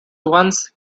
once